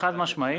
חד משמעית.